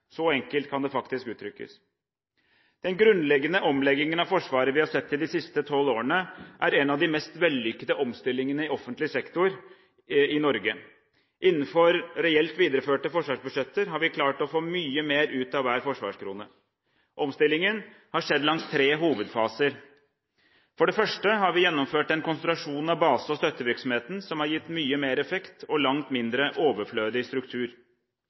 så enkelt kan det faktisk uttrykkes. Den grunnleggende omleggingen av Forsvaret vi har sett i de siste tolv årene, er en av de mest vellykkede omstillingene i offentlig sektor i Norge. Innenfor reelt videreførte forsvarsbudsjetter har vi klart å få mye mer ut av hver forsvarskrone. Omstillingen har skjedd langs tre hovedfaser. For det første har vi gjennomført en konsentrasjon av base- og støttevirksomheten som har gitt mye mer effekt og langt mindre overflødig struktur.